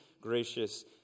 gracious